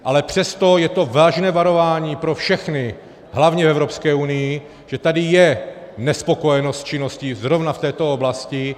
Ale přesto je to vážné varování pro všechny, hlavně v Evropské unii, že tady je nespokojenost s činností zrovna v této oblasti.